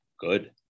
Good